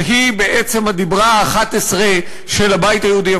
שהיא בעצם הדיבר ה-11 של הבית היהודי.